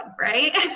Right